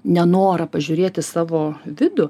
nenorą pažiūrėt į savo vidų